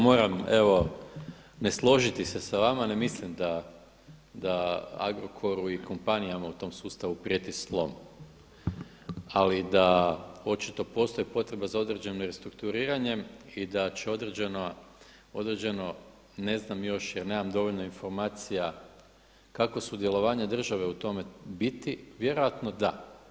Moram evo ne složiti se s vama, ne mislim da Agrokoru i kompanijama u tom sustavu prijeti slom ali da očito postoji potreba za određenim restrukturiranjem i da će određeno, ne znam još jer nemam dovoljno informacija, kakvo sudjelovanje države u tome biti, vjerojatno da.